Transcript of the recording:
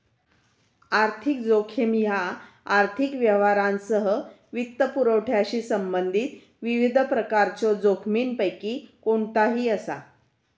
आर्थिक जोखीम ह्या आर्थिक व्यवहारांसह वित्तपुरवठ्याशी संबंधित विविध प्रकारच्यो जोखमींपैकी कोणताही असा